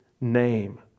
name